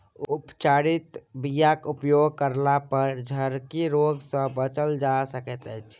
उपचारित बीयाक उपयोग कयलापर झरकी रोग सँ बचल जा सकैत अछि